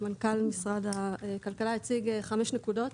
מנכ"ל משרד הכלכלה הציג חמש נקודות.